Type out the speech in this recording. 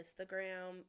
Instagram